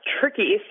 tricky